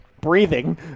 Breathing